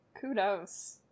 kudos